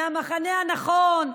מהמחנה הנכון,